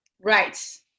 right